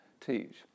teach